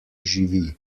živi